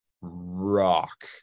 rock